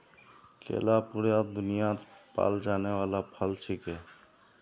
केला पूरा दुन्यात पाल जाने वाला फल छिके